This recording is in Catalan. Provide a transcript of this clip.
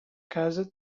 casa